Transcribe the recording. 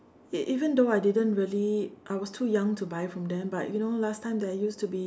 even even though I didn't really I was too young to buy from them but you know last time there used to be